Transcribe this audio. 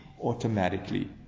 automatically